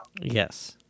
Yes